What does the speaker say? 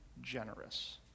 generous